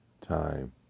time